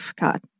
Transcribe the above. God